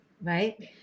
right